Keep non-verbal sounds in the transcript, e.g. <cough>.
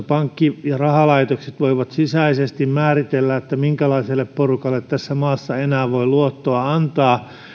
<unintelligible> pankki ja rahalaitokset voivat sisäisesti määritellä minkälaiselle porukalle tässä maassa enää voi luottoa antaa